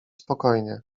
spokojnie